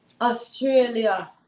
Australia